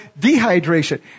dehydration